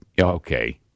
okay